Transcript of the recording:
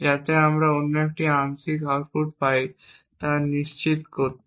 যাতে আমরা অন্য একটি আংশিক আউটপুট পাই তা নিশ্চিত করতে